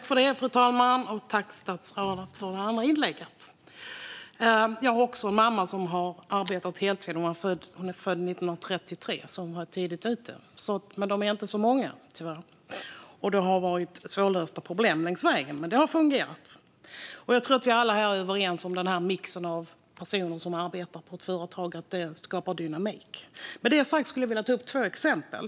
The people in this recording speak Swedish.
Fru talman! Tack, statsrådet, för det andra inlägget! Jag har också en mamma som har arbetat heltid, Hon är född 1933, så hon var tidigt ute. Men de är inte så många, tyvärr, och de har mött svårlösta problem längs vägen, men det har fungerat. Jag tror att vi alla här är överens om att den här mixen av personer på ett företag skapar dynamik. Med detta sagt skulle jag vilja ta två exempel.